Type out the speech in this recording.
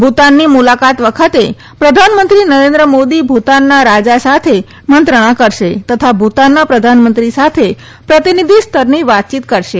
ભૂતાનની મુલાકાત વખતે પ્રધાનમંત્રી નરેન્દ્ર મોદી ભૂતાનના રાજા સાથે મંત્રણા કરશે તથા ભૂતાનના પ્રધાનમંત્રી સાથે પ્રતિનિધિ સ્તરની વાતયીત કરશે